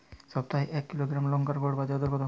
সপ্তাহে এক কিলোগ্রাম লঙ্কার গড় বাজার দর কতো?